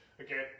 Okay